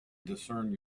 discern